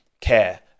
care